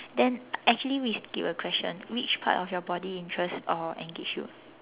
then actually we skip a question which part of your body interests or engage you